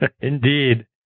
Indeed